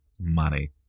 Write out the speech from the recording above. money